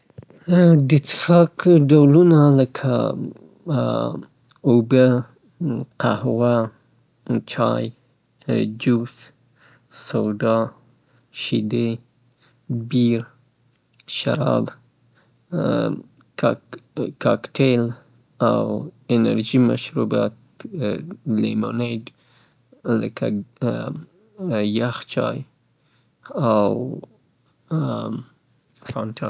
څښاکو کې مختلف شیان راتلی شي لکه اوبه شوه، قهوه، چای، جوس، سودا همدارنګه شیدی شو، بیر شو، شراب شو، لیمونید شو، مختلف انواوی د سموتیز کیدای شي پکې شامل شي او الکولي مشربوات شو دا ټول مشروباتو کې یا د څښاکو شیانو کې راځي.